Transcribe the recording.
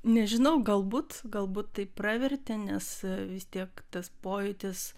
nežinau galbūt galbūt tai pravertė nes vis tiek tas pojūtis